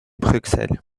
bruxelles